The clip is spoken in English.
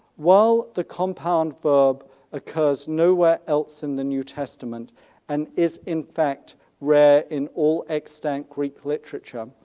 while the compound verb occurs nowhere else in the new testament and is in fact rare in all extant greek literature,